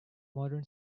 modern